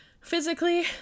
physically